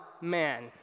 man